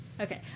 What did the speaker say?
Okay